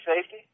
safety